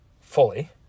fully